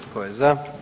Tko je za?